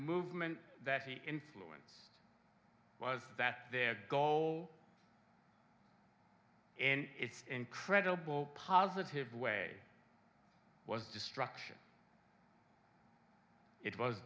movement that he influenced was that their goal and its incredible positive way was destruction it was